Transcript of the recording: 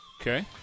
Okay